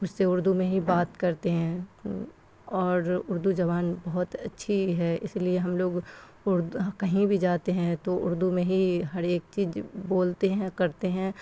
اس سے اردو میں ہی بات کرتے ہیں اور اردو زبان بہت اچھی ہے اس لیے ہم لوگ کہیں بھی جاتے ہیں تو اردو میں ہی ہر ایک چیز بولتے ہیں کرتے ہیں